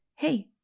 Hey